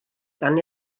gan